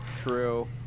True